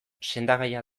sendagaia